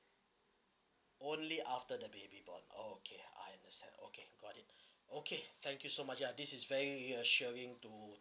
only after the baby born okay I understand okay got it okay thank you so much ya this is very assuring to